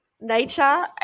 nature